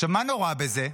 עכשיו, מה נורא בזה?